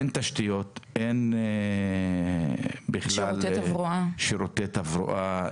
אין תשתיות, אין בכלל שירותי תברואה.